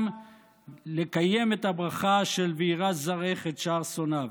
גם לקיים את הברכה של "וירש זרעך את שער שנאיו".